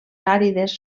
àrides